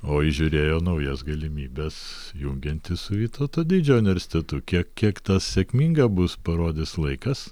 o įžiūrėjo naujas galimybes jungiantis su vytauto didžiojo universitetu kiek tas sėkminga bus parodys laikas